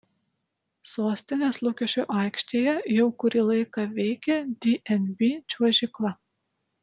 sostinės lukiškių aikštėje jau kurį laiką veikia dnb čiuožykla